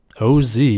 OZ